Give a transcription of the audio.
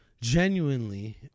genuinely